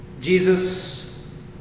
Jesus